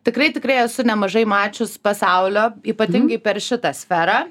tikrai tikrai esu nemažai mačius pasaulio ypatingai per šitą sferą